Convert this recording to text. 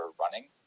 running